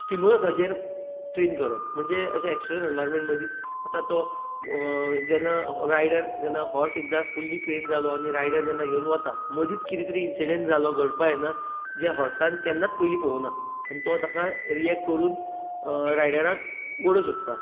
स्टिमूलसाचेर train करप म्हणजे अशें एक्सटर्नल एनवायराॅमेंट आतां तो जेन्ना रायडर जेन्ना हाॅर्स एकदां फुल्ली ट्रेन जालो आनी रायडर जेन्ना घेवन वता मदीच केन्ना इंन्सिडेंट जालो घडपा जायना जें हाॅर्सान केन्नाच पयलीं पळोवंक ना आनी तो ताका रिय्क्ट करून रायडराक ओडूंक शकता